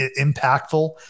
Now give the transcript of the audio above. impactful